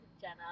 Jenna